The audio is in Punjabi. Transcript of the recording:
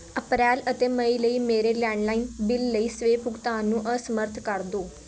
ਅਪ੍ਰੈਲ ਅਤੇ ਮਈ ਲਈ ਮੇਰੇ ਲੈਂਡ ਲਾਈਨ ਬਿੱਲ ਲਈ ਸਵੈ ਭੁਗਤਾਨ ਨੂੰ ਅਸਮਰੱਥ ਕਰ ਦਿਉ